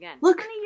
Look